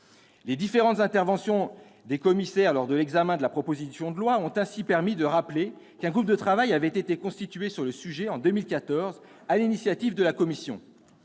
Les différentes interventions des commissaires lors de l'examen de la proposition de loi ont ainsi permis de rappeler qu'un groupe de travail avait été constitué sur le sujet, en 2014, sur l'initiative de la commission.